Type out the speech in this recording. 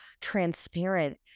transparent